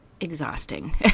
exhausting